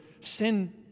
sin